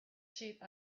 sheet